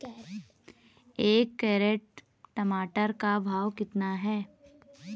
एक कैरेट टमाटर का भाव कितना है?